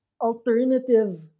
alternative